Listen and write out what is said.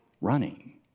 running